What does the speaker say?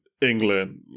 England